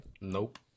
Nope